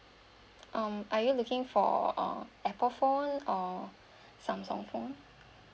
um are you looking for uh Apple phones or Samsung phone